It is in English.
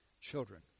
children